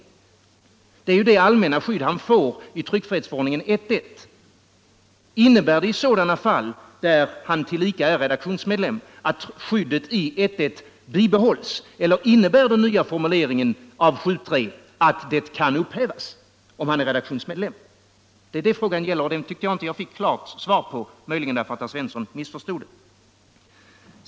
Det är ju det allmänna skydd han får enligt tryckfrihetsförordningen 1:1. Bibehålls skyddet enligt 1:1 i sådana fall — när han tillika är redaktionsmedlem —- eller innebär den nya formuleringen av 7:3 att det kan upphävas om han är redaktionsmedlem? Det är detta frågan gäller, och det tyckte jag inte jag fick klart svar på, möjligen därför att herr Svensson i Eskilstuna missförstod frågan.